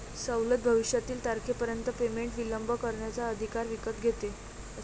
सवलत भविष्यातील तारखेपर्यंत पेमेंट विलंब करण्याचा अधिकार विकत घेते